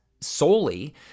solely